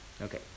Okay